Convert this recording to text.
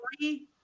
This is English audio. three